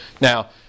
now